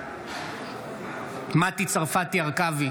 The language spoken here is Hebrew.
בעד מטי צרפתי הרכבי,